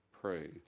pray